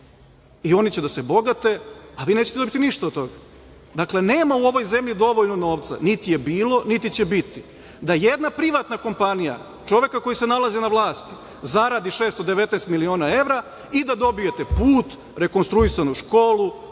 i oni će da se bogate, a vi nećete dobiti ništa od toga. Dakle, nema u ovoj zemlji dovoljno novca, niti je bilo, niti će biti, da jedna privatna kompanija čoveka koji se nalazi na vlasti zaradi 619 miliona evra i da dobijete put, rekonstruisanu školu,